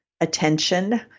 attention